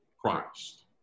Christ